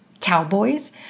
cowboys